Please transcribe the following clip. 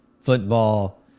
football